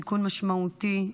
תיקון משמעותי,